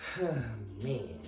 Man